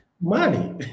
Money